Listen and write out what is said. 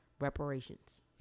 reparations